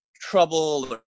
Trouble